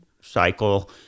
cycle